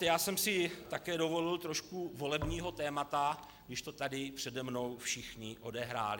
Já jsem si také dovolil trošku volebního tématu, když to tady přede mnou všichni odehráli.